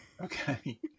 Okay